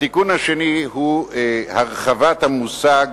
התיקון השני הוא הרחבת המושג